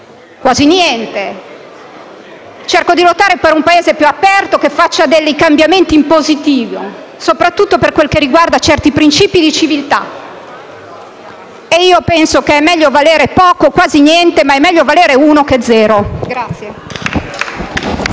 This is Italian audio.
quasi niente - per un Paese più aperto, che faccia dei cambiamenti in positivo, soprattutto per quel che riguarda certi principi di civiltà. Io penso che sia meglio valere poco, quasi niente, ma è meglio valere uno che valere